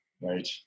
Right